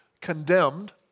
condemned